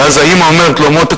ואז האמא אומרת לו: מותק,